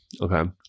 Okay